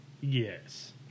Yes